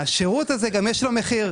לשירות הזה יש מחיר,